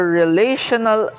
relational